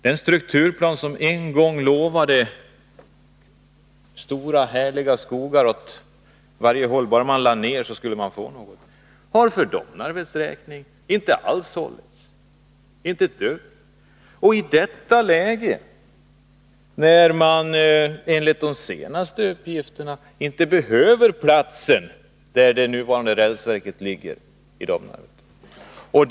Den strukturplan, som en gång lovade stora härliga skogar åt varje håll bara man lade ned, har för Domnarvets räkning inte alls hållit. Enligt de senaste uppgifterna behöver man inte det markområde där det nuvarande rälsverket ligger i Domnarvet.